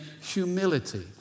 humility